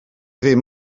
ddim